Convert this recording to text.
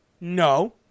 No